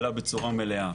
מלאה: